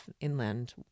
inland